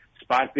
spot